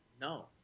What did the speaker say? No